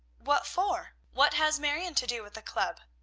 what for? what has marion to do with the club?